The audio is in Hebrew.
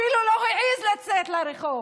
אפילו לא העז לצאת אל הרחוב